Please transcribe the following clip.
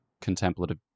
contemplative